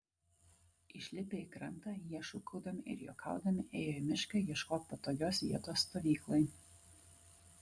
išlipę į krantą jie šūkaudami ir juokaudami ėjo į mišką ieškot patogios vietos stovyklai